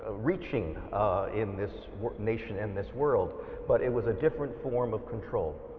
reaching in this nation and this world but it was a different form of control.